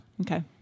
Okay